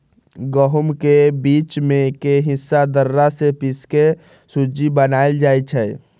गहुम के बीच में के हिस्सा दर्रा से पिसके सुज्ज़ी बनाएल जाइ छइ